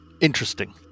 interesting